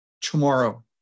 tomorrow